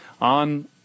on